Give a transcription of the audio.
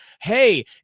Hey